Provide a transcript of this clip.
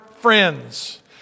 friends